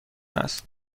است